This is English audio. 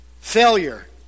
Failure